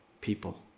people